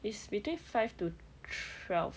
is between five to twelve